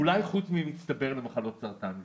אולי חוץ מבמצטבר למחלות סרטן.